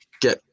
get